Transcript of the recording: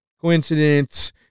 coincidence